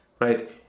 right